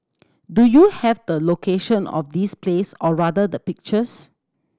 do you have the location of this place or rather the pictures